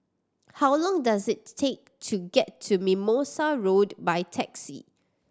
how long does it take to get to Mimosa Road by taxi